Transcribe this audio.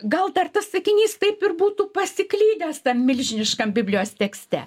gal dar tas sakinys taip ir būtų pasiklydęs tam milžiniškam biblijos tekste